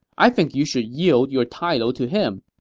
i think you should yield your title to him.